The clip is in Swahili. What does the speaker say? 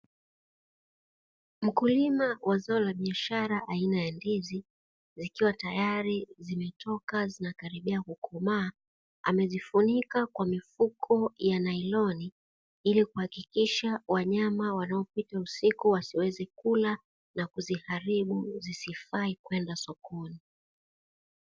Mkulima wa zao la biashara aina ya ndizi zikiwa tayari zimetoka zinakaribia kukomaa, amezifunika kwa mifuko ya nailoni ili kuhakikisha wanyama wanaopita usiku wasiweze kula na kuziharibu zisifae kwenda sokoni.